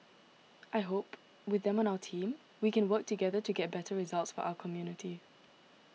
I hope with them on our team we can work together to get better results for our community